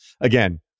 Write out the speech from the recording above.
again